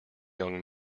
young